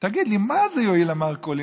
תגיד לי, מה זה יועיל למרכולים?